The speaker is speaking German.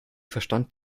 verstand